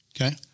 Okay